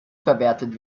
verwertet